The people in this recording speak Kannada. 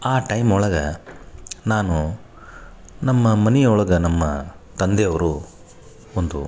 ಆ ಟೈಮ್ ಒಳಗೆ ನಾನು ನಮ್ಮ ಮನೆಯೊಳಗ ನಮ್ಮ ತಂದೆ ಅವರು ಒಂದು